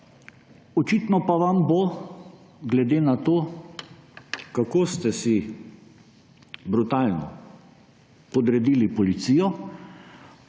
Očitno pa, glede na to, kako ste si brutalno podredili policijo,